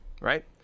right